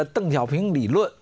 at them helping me look